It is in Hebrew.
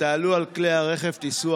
חבר הכנסת אלעזר שטרן,